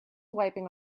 wiping